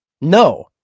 No